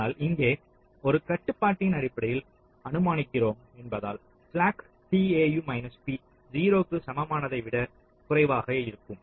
ஆனால் இங்கே ஒரு கட்டுப்பாட்டின் அடிப்படையில் அனுமானிக்கிறோம் என்பதால் ஸ்லாக் tau p 0 க்கு சமமானதை விட குறைவாக இருக்கும்